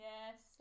Yes